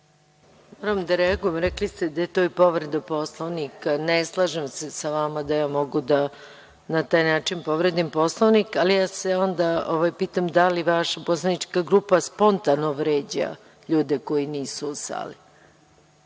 Moram da reagujem, rekli ste da je to povreda Poslovnika. Ne slažem se sa vama da ja mogu na taj način da povredim Poslovnik, ali se onda pitam da li vaša poslanička grupa spontano vređa ljude koji nisu u